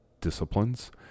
disciplines